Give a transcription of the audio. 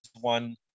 one